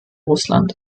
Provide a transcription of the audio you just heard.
russland